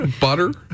Butter